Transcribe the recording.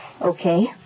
Okay